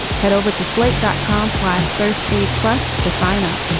head over to slate. that comes last thursday plus to sign up.